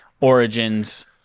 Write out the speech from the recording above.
origins